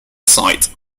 sight